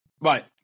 Right